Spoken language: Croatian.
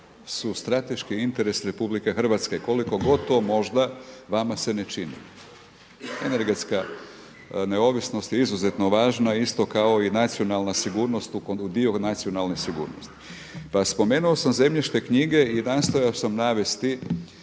su strateški interes RH koliko god to možda vama se ne čini. Energetska neovisnost je izuzetno važna kao i nacionalna sigurnost dio nacionalne sigurnosti. Pa spomenuo sam zemljišne knjige i nastojao sam navesti